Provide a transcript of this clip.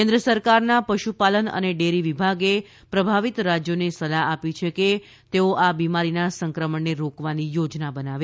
કેન્દ્ર સરકારના પશુપાલન અને ડેરી વિભાગે પ્રભાવિત રાજ્યોને સલાહ આપી છે કે તેઓ આ બીમારીના સંક્રમણને રોકવાની યોજના બનાવે